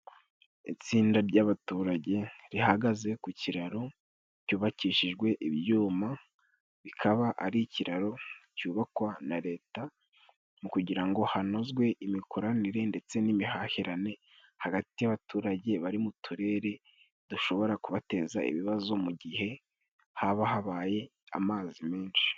Itsinda ry'abaturage rihagaze ku kiraro cyubakishijwe ibyuma, bikaba ari ikiraro cyubakwa na leta, mu kugira ngo hanozwe imikoranire ndetse n'imihahirane, hagati y'abaturage bari mu turere dushobora kubateza ibibazo, mu gihe haba habaye amazi menshi.